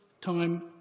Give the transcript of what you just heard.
time